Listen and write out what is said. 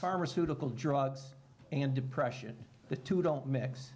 pharmaceutical drugs and depression the two don't mix